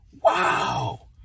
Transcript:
Wow